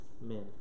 men